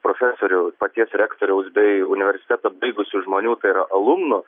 profesorių paties rektoriaus bei universitetą baigusių žmonių tai yra alumnų